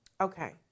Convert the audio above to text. Okay